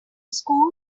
school